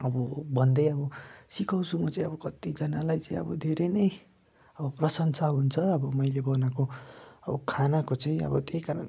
अब भन्दै अबो सिकाउँछु म चाहिँ अब कतिजनालाई चाहिँ अब धेरै नै अब प्रशंसा हुन्छ अब मैले बनाएको अब खानाको चाहिँ अब त्यही कारण